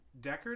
Deckard